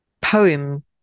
poem